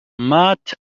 مات